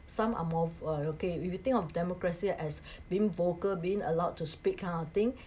some are more of uh okay if you think of democracy as being vocal being allowed to speak kind of thing